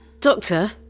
Doctor